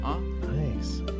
Nice